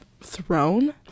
throne